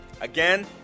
Again